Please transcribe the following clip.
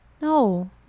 No